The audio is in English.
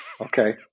Okay